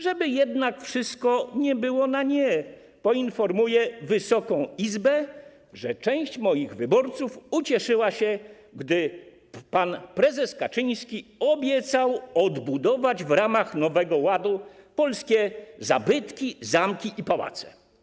Żeby jednak nie było tak, że we wszystkim jest się na nie, poinformuję Wysoką Izbę, że część moich wyborców ucieszyła się, gdy pan prezes Kaczyński obiecał odbudować w ramach Nowego Ładu polskie zabytki, zamki i pałace.